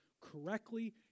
correctly